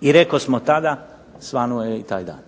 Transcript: I rekosmo tada, svanuo je i taj dan.